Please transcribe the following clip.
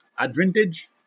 advantage